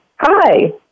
Hi